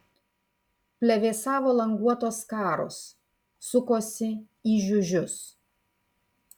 plevėsavo languotos skaros sukosi į žiužius